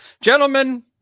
Gentlemen